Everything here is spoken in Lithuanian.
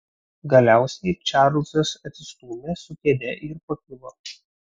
galiausiai čarlzas atsistūmė su kėde ir pakilo